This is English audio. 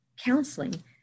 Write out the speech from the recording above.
counseling